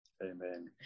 Amen